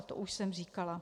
To už jsem říkala.